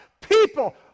People